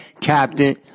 Captain